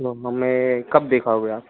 हमें कब दिखाओगे आप